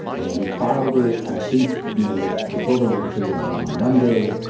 and we filed it. i think, you know, the the program was rescinded um on a monday.